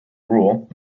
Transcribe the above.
rule